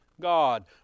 God